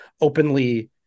openly